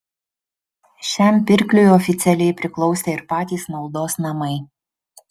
šiam pirkliui oficialiai priklausė ir patys maldos namai